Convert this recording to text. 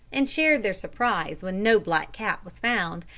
and shared their surprise when no black cat was found,